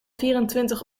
vierentwintig